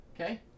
Okay